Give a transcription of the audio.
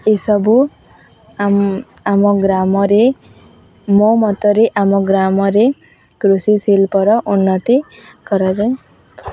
ଏସବୁ ଆମ ଗ୍ରାମରେ ମୋ ମତରେ ଆମ ଗ୍ରାମରେ କୃଷିଶିଳ୍ପର ଉନ୍ନତି କରାଯାଏ